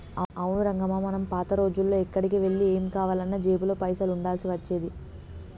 అవును రంగమ్మ మనం పాత రోజుల్లో ఎక్కడికి వెళ్లి ఏం కావాలన్నా జేబులో పైసలు ఉండాల్సి వచ్చేది